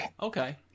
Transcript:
Okay